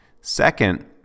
second